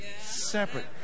separate